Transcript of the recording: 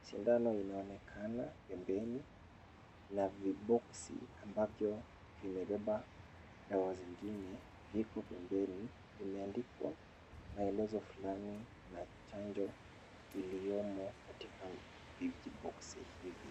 Sindano inaonekana pembeni na viboksi ambavyo vimebeba dawa zingine viko pembeni. Vimeandikwa maelezo fulani na chanjo iliyomo katika vijiboksi hivi.